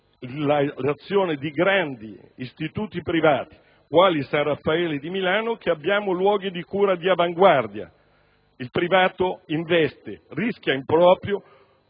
l'azione di grandi istituti privati, quali il San Raffaele di Milano, che abbiamo luoghi di cura all'avanguardia. Il settore privato investe, rischia in proprio